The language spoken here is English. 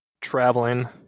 traveling